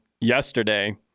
yesterday